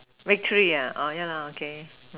victory oh yeah lah okay